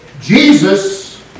Jesus